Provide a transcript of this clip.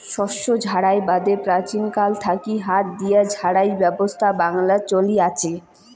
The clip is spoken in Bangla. শস্য ঝাড়াই বাদে প্রাচীনকাল থাকি হাত দিয়া ঝাড়াই ব্যবছস্থা বাংলাত চলি আচে